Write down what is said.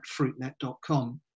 fruitnet.com